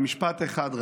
רק במשפט אחד,